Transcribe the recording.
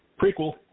Prequel